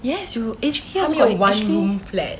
yes you here actually